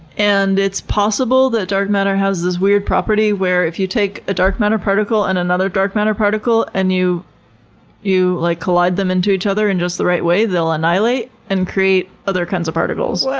and it's possible that dark matter has this weird property, where if you take a dark matter particle and another dark matter particle, and you you like collide them into each other in just the right way, they'll annihilate and create other kinds of particles. yeah